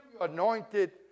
anointed